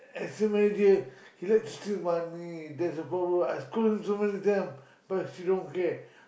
assistant manager he like to steal money that's the problem I scold him so many time but she don't care